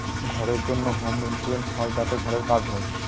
ঘরের জন্য home insurance হয় যাতে ঘরের কাজ হয়